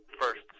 first